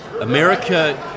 America